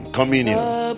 Communion